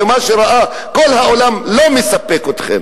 ומה שראה כל העולם לא מספק אתכם,